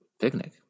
picnic